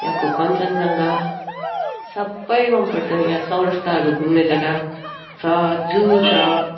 यहाँको कञ्चनजङ्गा सबै मन पर्छ यहाँ चौरस्ताहरू घुम्ने जग्गा छ जू छ